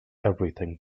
everything